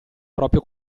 proprio